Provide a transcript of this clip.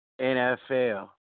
NFL